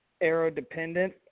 aero-dependent